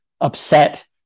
upset